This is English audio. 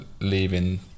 leaving